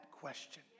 question